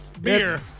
Beer